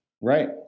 Right